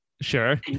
Sure